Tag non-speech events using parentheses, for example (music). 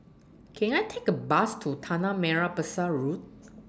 Can I Take A Bus to Tanah Merah Besar Road (noise)